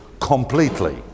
completely